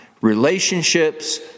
Relationships